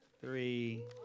three